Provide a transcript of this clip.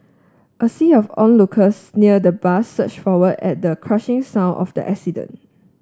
a sea of onlookers near the bus surged forward at the crushing sound of the accident